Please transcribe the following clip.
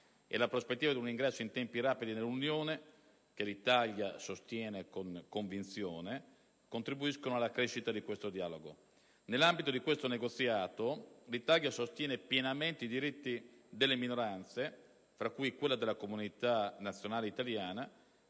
e la prospettiva di un ingresso in tempi rapidi nell'Unione europea, ingresso che l'Italia sostiene con convinzione, contribuiscono alla crescita di questo dialogo. Nell'ambito di questo negoziato, l'Italia sostiene pienamente i diritti delle minoranze (fra i quali quelli della comunità nazionale italiana),